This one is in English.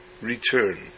return